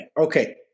Okay